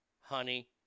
honey